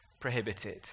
prohibited